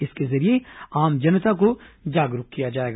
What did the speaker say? इसके जरिये आम जनता को जागरूक किया जाएगा